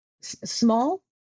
small